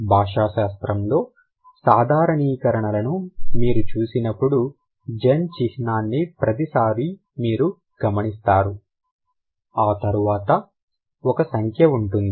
భాషాశాస్త్రంలో సాధారణీకరణలను మీరు చూసినప్పుడు జెన్ చిహ్నాన్ని ప్రతిసారి మీరు గమనిస్తారు ఆ తరువాత ఒక సంఖ్య ఉంటుంది